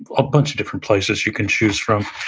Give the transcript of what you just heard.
a bunch of different places you can choose from.